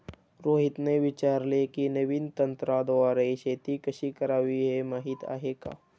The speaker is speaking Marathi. रोहितने विचारले की, नवीन तंत्राद्वारे शेती कशी करावी, हे माहीत आहे का?